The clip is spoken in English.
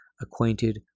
acquainted